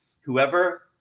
whoever